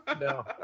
No